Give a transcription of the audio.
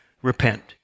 Repent